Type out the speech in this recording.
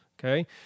okay